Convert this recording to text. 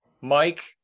Mike